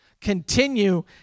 Continue